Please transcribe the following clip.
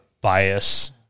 bias